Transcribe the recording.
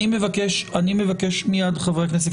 אני מבקש מאת חברי הכנסת,